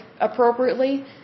appropriately